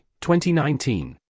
2019